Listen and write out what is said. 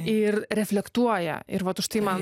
ir reflektuoja ir vat užtai man